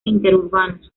interurbanos